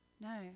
No